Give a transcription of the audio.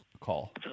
call